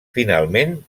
finalment